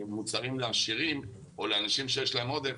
מוצרים לעשירים או לאנשים שיש להם עודף,